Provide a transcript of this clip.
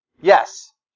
Yes